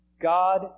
God